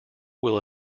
will